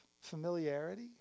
familiarity